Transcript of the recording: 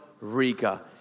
Rica